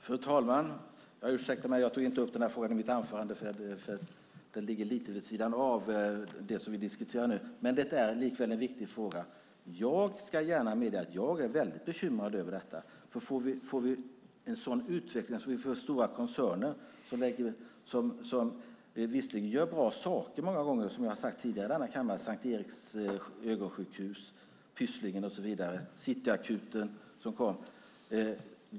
Fru talman! Ursäkta att jag inte tog upp den här frågan i mitt anförande. Den ligger ju lite vid sidan av det vi diskuterar nu, men det är likväl en viktig fråga. Jag ska gärna medge att jag är väldigt bekymrad över en sådan utveckling mot stora koncerner. De gör visserligen många gånger bra saker, vilket jag har sagt tidigare i denna kammare. Vi har till exempel Sankt Eriks ögonsjukhus, Pysslingen och Cityakuten.